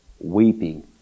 Weeping